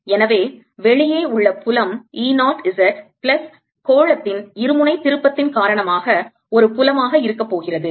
எனவே வெளியே உள்ள புலம் E 0 z பிளஸ் கோளத்தின் இருமுனை திருப்பத்தின் காரணமாக ஒரு புலமாக இருக்கப் போகிறது